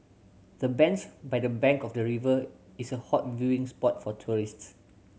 the bench by the bank of the river is a hot viewing spot for tourists